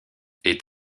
est